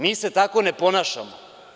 Mi se tako ne ponašamo.